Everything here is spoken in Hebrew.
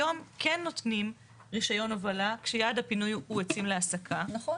היום כן נותנים רישיון הובלה כשיעד הפינוי הוא עצים להסקה,